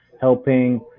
Helping